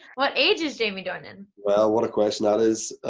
what age is jamie dornan? well, what a question that is.